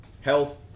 health